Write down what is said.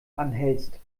anhältst